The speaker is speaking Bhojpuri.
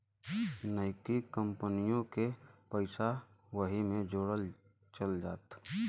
नइकी कंपनिओ के पइसा वही मे जोड़ल चल जात